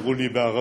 אמרו לי בערבית.